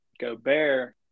Gobert